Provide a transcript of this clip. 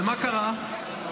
ומה קרה?